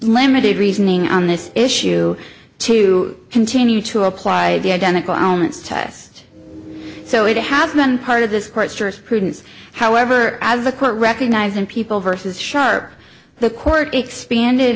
limited reasoning on this issue to continue to apply the identical test so it has been part of this court sure it's prudent however as the court recognizing people versus shark the court expanded